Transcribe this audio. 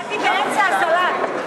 באתי באמצע הסלט.